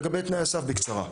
לגבי תנאי הסף בקצרה.